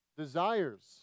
desires